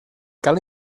cal